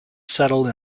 settled